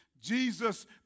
Jesus